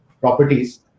properties